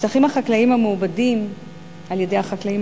השטחים החקלאיים המעובדים על-ידי החקלאים